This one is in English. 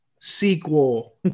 Sequel